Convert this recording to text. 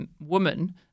woman